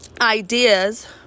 ideas